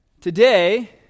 Today